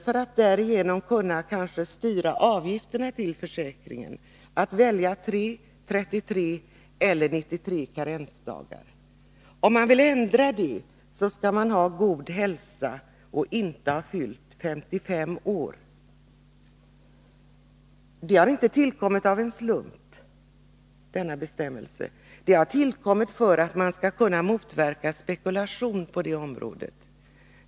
För att kunna styra avgifterna till försäkringen har man möjlighet att välja 3, 33 eller 93 karensdagar. Om man vill ändra antalet karensdagar skall man ha god hälsa och får inte ha fyllt 55 år. Denna bestämmelse har inte tillkommit av en slump. Den har tillkommit för att man skall kunna motverka spekulation på detta område.